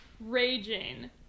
raging